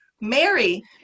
Mary